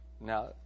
Now